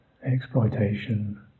Exploitation